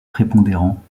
prépondérant